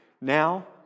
now